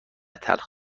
تلخ